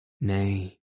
nay